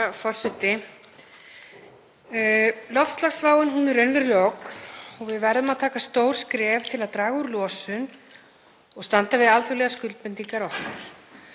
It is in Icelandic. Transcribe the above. Herra forseti. Loftslagsváin er raunveruleg ógn og við verðum að taka stór skref til að draga úr losun og standa við alþjóðlegar skuldbindingar okkar.